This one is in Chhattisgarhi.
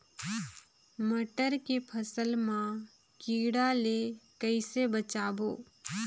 मटर के फसल मा कीड़ा ले कइसे बचाबो?